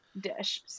dish